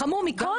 החמור מכל,